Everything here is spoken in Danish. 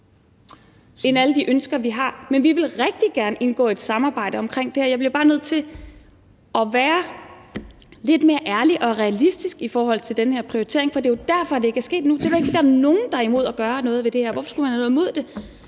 af alle de ønsker, vi har. Men vi vil rigtig gerne indgå i et samarbejde om det her. Jeg bliver bare nødt til at være lidt mere ærlig og realistisk i forhold til den her prioritering, for det er jo derfor, det ikke er sket endnu. Der vil ikke være nogen, der er imod at gøre noget ved det her. Hvorfor skulle man have noget imod det?